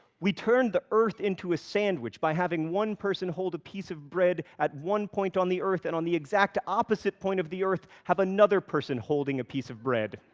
we turned the earth into a sandwich by having one person hold a piece of bread at one point on the earth, and on the exact opposite point of the earth having another person holding a piece of bread.